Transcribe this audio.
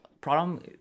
Problem